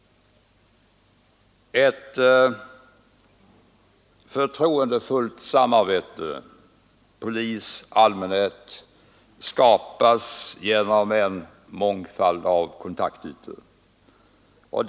Ett förtroendefullt samarbete polis—allmänhet skapas genom en mångfald av kontaktytor.